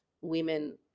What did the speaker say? women